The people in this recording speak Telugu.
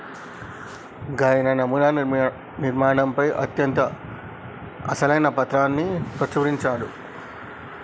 గాయన నమునా నిర్మాణంపై అత్యంత అసలైన పత్రాన్ని ప్రచురించాడు